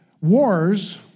wars